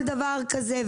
כל דבר כזה,